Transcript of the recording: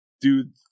Dude